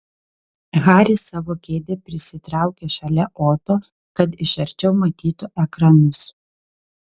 haris savo kėdę prisitraukė šalia oto kad iš arčiau matytų ekranus